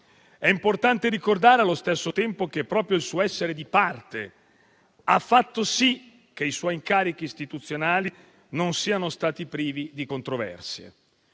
È importante ricordare allo stesso tempo che proprio il suo essere di parte ha fatto sì che i suoi incarichi istituzionali non siano stati privi di controversie.